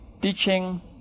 Teaching